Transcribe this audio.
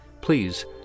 Please